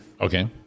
Okay